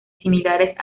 similares